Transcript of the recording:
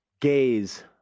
gaze